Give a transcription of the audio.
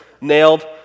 nailed